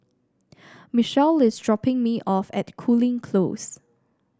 Michele is dropping me off at Cooling Close